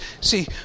See